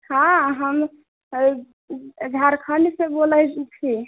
हँ हम झारखंडसँ बोलैत छी